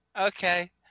Okay